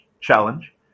challenge